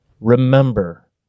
Remember